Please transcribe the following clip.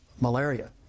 Malaria